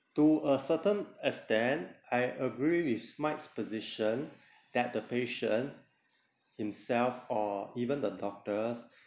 to a certain extent I agree with mike's position that the patient himself or even the doctors